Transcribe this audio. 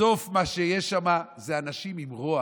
בסוף, מה שיש שמה זה אנשים עם רוע.